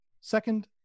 Second